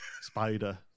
spider